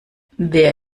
wer